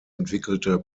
entwickelte